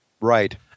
Right